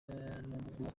n’ubwo